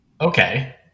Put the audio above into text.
Okay